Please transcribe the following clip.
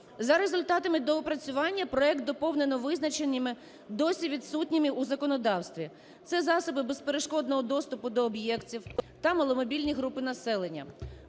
За результатами доопрацювання проект доповнено визначеннями, досі відсутніми у законодавстві - це "засоби безперешкодного доступу до об'єктів" та "маломобільні групи населення".